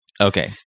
Okay